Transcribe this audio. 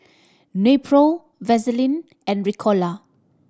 Nepro Vaselin and Ricola